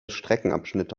streckenabschnitte